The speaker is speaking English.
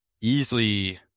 easily –